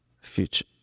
future